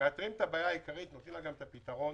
מאתרים את הבעיה העיקרית ונותנים לה את הפתרון.